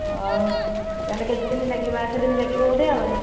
ହେଉ ତା'ହେଲେ କେତେଦିନ ଲାଗିବ ଆଠ ଦିନ ଲାଗିବ ବୋଧେ ଆଉ